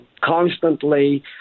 constantly